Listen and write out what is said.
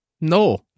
No